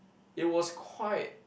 it was quite